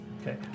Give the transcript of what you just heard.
Okay